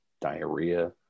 diarrhea